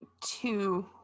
two